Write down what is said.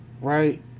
right